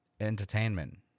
entertainment